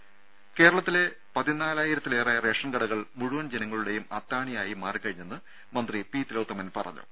ദേദ കേരളത്തിലെ പതിനാലായിരത്തിലേറെ റേഷൻ കടകൾ മുഴുവൻ ജനങ്ങളുടെയും അത്താണിയായി മാറിക്കഴിഞ്ഞെന്ന് മന്ത്രി പി തിലോത്തമൻ പറഞ്ഞു